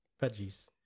veggies